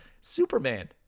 Superman